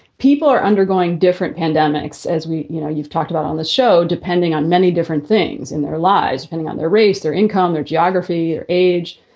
people are undergoing different pandemics, as we you know you've talked about on the show, depending on many different things in their lives, spending on their race, their income, their geography, their age,